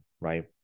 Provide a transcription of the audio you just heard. right